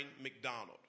McDonald